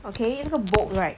okay 那个 bolt right